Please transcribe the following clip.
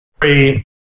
three